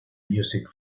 music